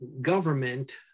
government